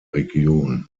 region